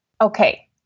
Okay